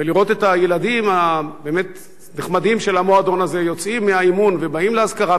ולראות את הילדים הנחמדים של המועדון הזה יוצאים מהאימון ובאים לאזכרה,